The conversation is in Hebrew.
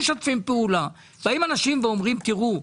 באים אנשים ואומרים: תראו,